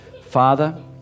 Father